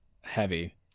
heavy